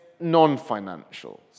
non-financials